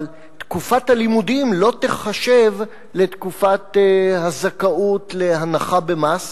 אבל תקופת הלימודים לא תיחשב לתקופת הזכאות להנחה במס.